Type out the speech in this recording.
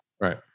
right